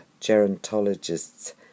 gerontologist's